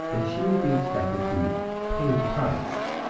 that she would be expected to pay the price.